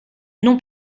non